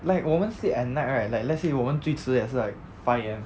like 我们 sleep at night right like let's say 我们最迟也是 like five A_M